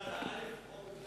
בגלל האל"ף או בגלל